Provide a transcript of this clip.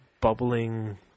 bubbling